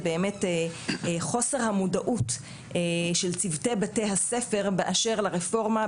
באמת חוסר המודעות של צוותי בתי הספר באשר לרפורמה,